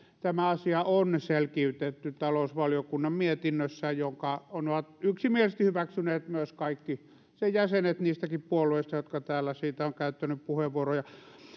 tämä asia on selkiytetty talousvaliokunnan mietinnössä jonka ovat yksimielisesti hyväksyneet kaikki sen jäsenet niistäkin puolueista jotka täällä siitä ovat käyttäneet puheenvuoroja